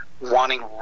Wanting